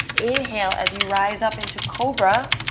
inhale as you rise up into cobra,